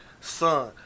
son